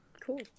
Cool